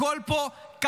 הכול פה קטסטרופה.